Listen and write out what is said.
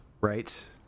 Right